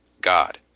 god